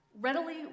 readily